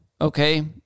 Okay